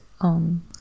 on